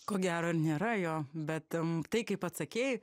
ko gero nėra jo bet tai kaip atsakei